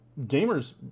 Gamers